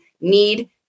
need